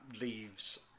leaves